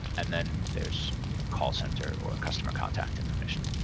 and then there's you know call center or customer contact information.